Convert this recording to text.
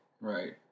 right